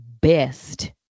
best